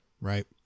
right